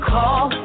call